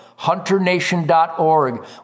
hunternation.org